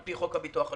לפי חוק הביטוח הלאומי.